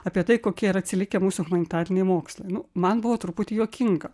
apie tai kokie yra atsilikę mūsų humanitariniai mokslai nu man buvo truputį juokinga